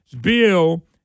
bill